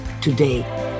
today